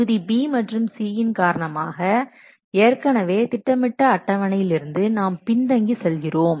தொகுதி B மற்றும் C யின் காரணமாக ஏற்கனவே திட்டமிட்ட அட்டவணையிலிருந்து நாம் பின்தங்கி செல்கிறோம்